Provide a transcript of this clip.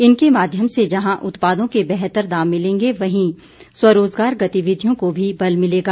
इनके माध्यम से जहां उत्पादों के बेहतर दाम मिलेंगे वहीं स्वरोज़गार गतिविधियों को भी बल मिलेगा